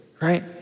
right